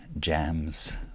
jams